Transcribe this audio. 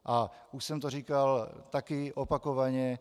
A už jsem to říkal taky opakovaně.